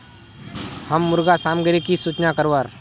हम मुर्गा सामग्री की सूचना करवार?